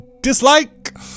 dislike